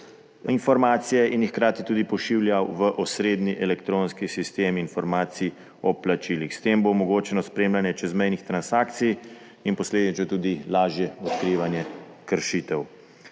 informacije in jih hkrati tudi pošiljal v osrednji elektronski sistem informacij o plačilih. S tem bo omogočeno spremljanje čezmejnih transakcij in posledično tudi lažje odkrivanje kršitev.